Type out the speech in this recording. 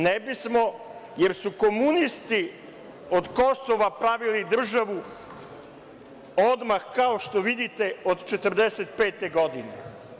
Ne bismo jer su komunisti od Kosova pravili državu odmah, kao što vidite, od 1945. godine.